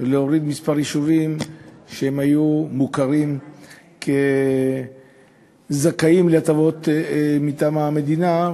להוריד כמה יישובים שהיו מוכרים כזכאים להטבות מטעם המדינה,